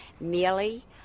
mealy